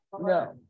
no